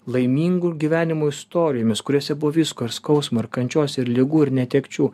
laimingų gyvenimų istorijomis kuriose buvo visko ir skausmo ir kančios ir ligų ir netekčių